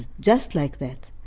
just like that.